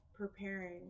preparing